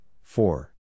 four